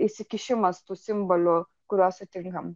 įsikišimas tų simbolių kuriuos sutinkam